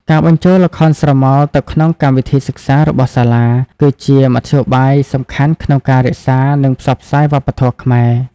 ការបញ្ចូលល្ខោនស្រមោលទៅក្នុងកម្មវិធីសិក្សារបស់សាលា គឺជាមធ្យោបាយសំខាន់ក្នុងការរក្សា និងផ្សព្វផ្សាយវប្បធម៌ខ្មែរ។